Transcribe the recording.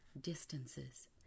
distances